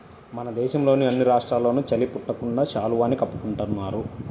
మన దేశంలోని అన్ని రాష్ట్రాల్లోనూ చలి పుట్టకుండా శాలువాని కప్పుకుంటున్నారు